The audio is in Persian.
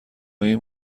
این